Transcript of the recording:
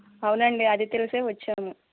అవునండి అది తెలిసే వచ్చాము